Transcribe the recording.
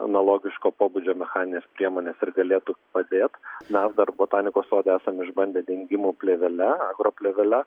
analogiško pobūdžio mechaninės priemonės ir galėtų padėt mes dar botanikos sode esam išbandę dengimų plėvele agroplėvele